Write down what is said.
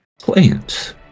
plants